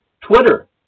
Twitter